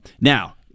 Now